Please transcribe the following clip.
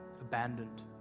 abandoned